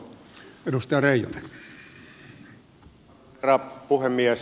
arvoisa herra puhemies